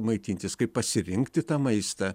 maitintis kaip pasirinkti tą maistą